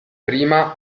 prima